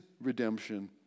redemption